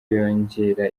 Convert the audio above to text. yongera